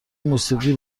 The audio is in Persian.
موسیقی